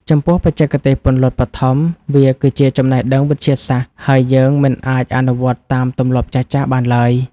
ចំពោះ បច្ចេកទេសពន្លត់បឋម វាគឺជាចំណេះដឹងវិទ្យាសាស្ត្រ ហើយយើងមិនអាចអនុវត្តតាមទម្លាប់ចាស់ៗបានឡើយ។